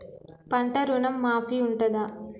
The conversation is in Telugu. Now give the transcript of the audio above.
పంట ఋణం మాఫీ ఉంటదా?